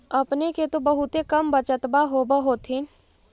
अपने के तो बहुते कम बचतबा होब होथिं?